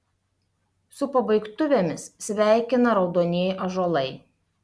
su pabaigtuvėmis sveikina raudonieji ąžuolai